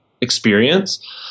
experience